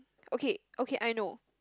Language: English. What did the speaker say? okay okay I know